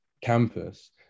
campus